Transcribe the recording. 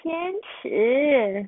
天使